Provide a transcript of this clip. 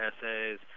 essays